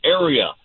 area